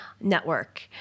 Network